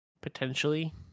potentially